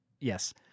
Yes